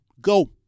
Go